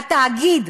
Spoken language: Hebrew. והתאגיד,